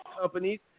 companies